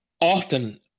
often